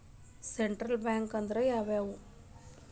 Central bank ಅಂದ್ರ ಯಾವ್ಯಾವು?